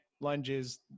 lunges